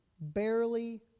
barely